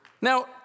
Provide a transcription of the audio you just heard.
Now